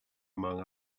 among